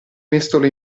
mestolo